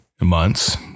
months